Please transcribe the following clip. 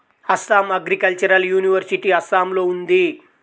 Assam agricultural university అస్సాంలో ఉంది